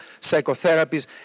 psychotherapies